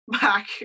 back